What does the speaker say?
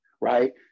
right